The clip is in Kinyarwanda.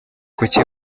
kuki